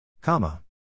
Comma